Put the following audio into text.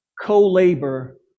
co-labor